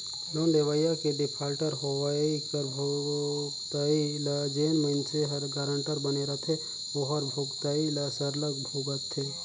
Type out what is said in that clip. loan लेवइया के defaulter होवई कर भुगतई ल जेन मइनसे हर गारंटर बने रहथे ओहर भुगतई ल सरलग भुगतथे